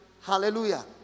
Hallelujah